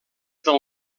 del